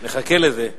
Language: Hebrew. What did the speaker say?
נחכה לזה.